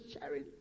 sharing